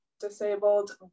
disabled